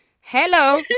Hello